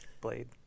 Blade